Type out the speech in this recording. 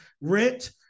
rent